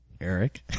Eric